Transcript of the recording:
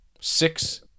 Six